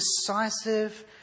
decisive